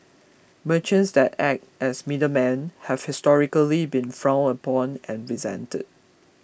merchants that act as middlemen have historically been frowned upon and resented